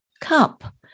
cup